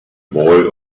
boy